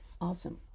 awesome